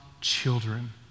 children